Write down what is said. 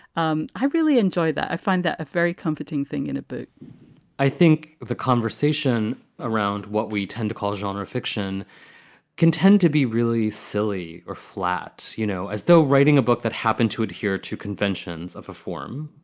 um i really enjoy that. i find that a very comforting thing in a book i think the conversation around what we tend to call genre fiction content to be really silly or flat, you know, as though writing a book that happened to adhere to conventions of a form,